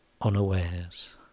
unawares